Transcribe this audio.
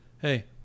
hey